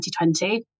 2020